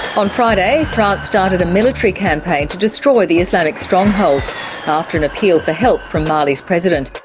on friday, france started a military campaign to destroy the islamic strongholds after an appeal for help from mali's president.